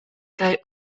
kaj